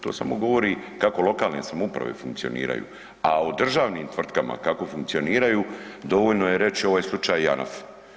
To samo govori kako lokalne samouprave funkcioniraju, a o državnim tvrtkama kako funkcioniraju dovoljno je reć ovaj slučaj Janaf.